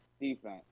defense